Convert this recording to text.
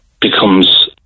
becomes